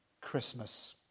Christmas